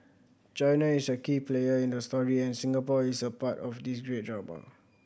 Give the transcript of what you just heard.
China is a key player in the story and Singapore is a part of this